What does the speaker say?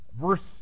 verse